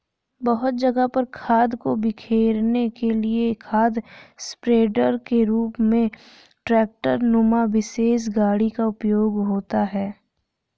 बहुत जगह पर खाद को बिखेरने के लिए खाद स्प्रेडर के रूप में ट्रेक्टर नुमा विशेष गाड़ी का उपयोग होता है